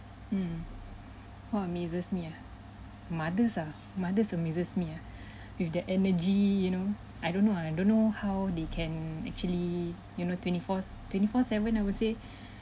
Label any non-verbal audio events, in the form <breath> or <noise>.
mm what amazes me ah mothers ah mothers amazes me ah <breath> with their energy you know I don't know I don't know how they can actually you know twenty four twenty four seven I would say <breath>